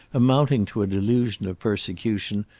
amounting to a delusion of persecution,